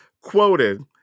quoted